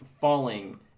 falling